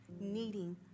needing